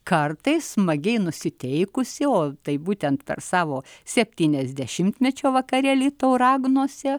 kartais smagiai nusiteikusi o taip būtent per savo septyniasdešimtmečio vakarėlį tauragnuose